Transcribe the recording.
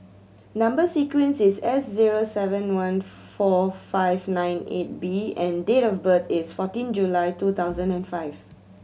number sequence is S zero seven one four five nine eight B and date of birth is forteen July two thousand and five